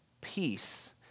peace